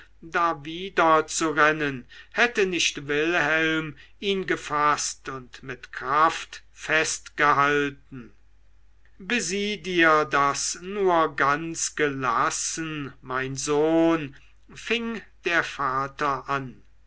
dem schädel dawiderzurennen hätte nicht wilhelm ihn gefaßt und mit kraft festgehalten besieh dir das nur ganz gelassen mein sohn fing der vater an